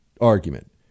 argument